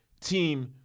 team